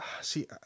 see